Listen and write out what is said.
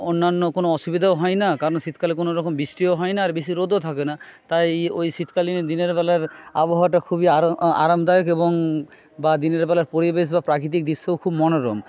অন্যান্য কোনো অসুবিধাও হয় না কারণ শীতকালে কোনোরকম বৃষ্টিও হয় না আর বেশি রোদও থাকে না তাই ওই শীতকালীন দিনের বেলার আবহাওয়াটা খুবই আরামদায়ক এবং বা দিনের বেলার পরিবেশ বা প্রাকৃতিক দৃশ্যও খুব মনোরম